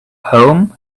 home